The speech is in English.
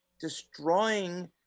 destroying